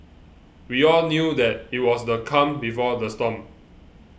we all knew that it was the calm before the storm